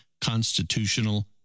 constitutional